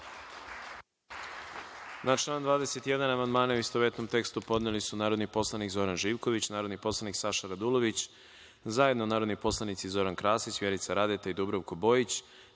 Na član 21. amandmane u istovetnom tekstu podneli su narodni poslanik Zoran Živković, narodni poslanik Saša Radulović, zajedno narodni poslanici Zoran Krasić, Vjerica Radeta i Dubravko Bojić,